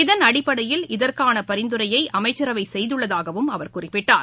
இதன் அடிப்படையில் இதற்கானபரிந்துரையைஅமைச்சரவைசெய்துள்ளதாகவும் அவர் குறிப்பிட்டார்